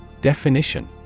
Definition